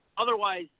Otherwise